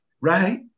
Right